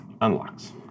unlocks